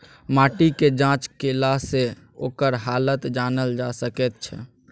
माटिक जाँच केलासँ ओकर हालत जानल जा सकैत छै